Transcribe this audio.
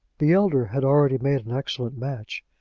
the elder had already made an excellent match,